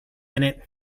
innit